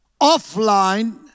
offline